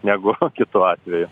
negu kitu atveju